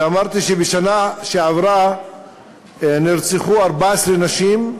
ואמרתי שבשנה שעברה נרצחו 14 נשים.